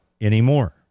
anymore